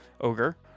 ogre